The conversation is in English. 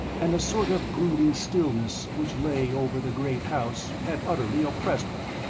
and a sort of brooding stillness which lay over the great house, had utterly oppressed me.